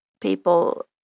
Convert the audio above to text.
people